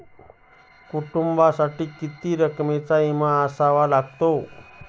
कुटुंबासाठी किती रकमेचा विमा असावा लागतो?